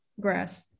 Grass